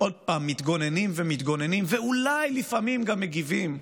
עוד פעם מתגוננים ומתגוננים ואולי לפעמים גם מגיבים.